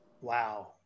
Wow